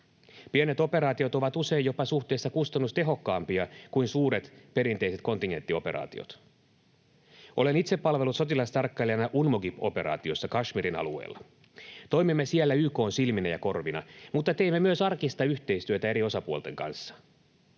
Pienet operaatiot ovat usein jopa suhteessa kustannustehokkaampia kuin suuret perinteiset kontingenttioperaatiot. Olen itse palvellut sotilastarkkailijana UNMOGIP-operaatiossa Kashmirin alueella. Toimimme siellä YK:n silminä ja korvina, mutta teimme myös arkista yhteistyötä eri osapuolten kanssa.